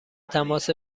تماس